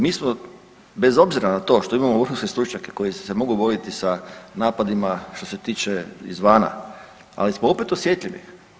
Mi smo bez obzira na to što imamo vrhunske stručnjake koji se mogu voditi sa napadima što se tiče izvana, ali smo opet osjetljivi.